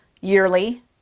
yearly